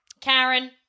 Karen